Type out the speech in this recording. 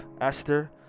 Esther